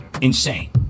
Insane